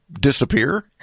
disappear